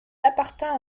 appartint